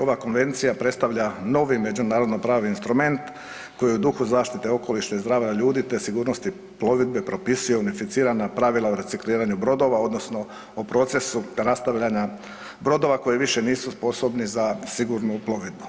Ova konvencija predstavlja novi međunarodno-pravni instrument koji je u duhu zaštite okoliša i zdravlja ljudi, te sigurnosti plovidbe propisuje unificirana pravila o recikliranju brodova, odnosno o procesu rastavljanja brodova koji više nisu sposobni za sigurnu plovidbu.